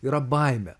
yra baimę